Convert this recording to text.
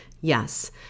Yes